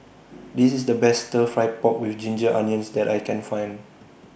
This IS The Best Stir Fry Pork with Ginger Onions that I Can Find